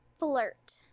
Flirt